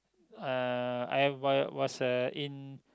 uh I why was uh in